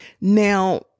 Now